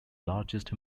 largest